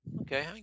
Okay